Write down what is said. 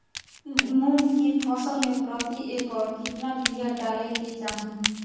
मूंग की फसल में प्रति एकड़ कितना बिया डाले के चाही?